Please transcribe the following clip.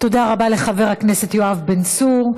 תודה רבה לחבר הכנסת יואב בן צור.